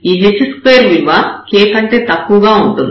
ఈ h2 విలువ k కంటే తక్కువగా ఉంటుంది